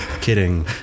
Kidding